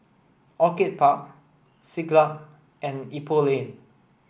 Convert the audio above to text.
Orchid Park Siglap and Ipoh Lane